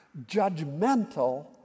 judgmental